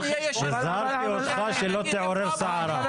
והזהרתי אותך שלא תעורר סערה.